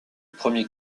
premier